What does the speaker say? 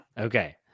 Okay